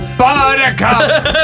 buttercup